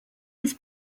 his